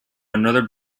another